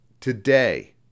Today